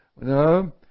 no